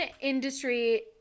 industry